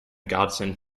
godsend